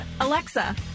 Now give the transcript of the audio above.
Alexa